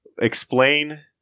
explain